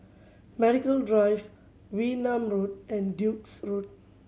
Medical Drive Wee Nam Road and Duke's Road